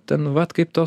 ten vat kaip to